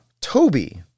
Toby